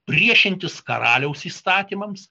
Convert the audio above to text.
priešintis karaliaus įstatymams